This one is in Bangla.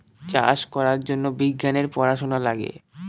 চাষ করার জন্য বিজ্ঞানের পড়াশোনা লাগে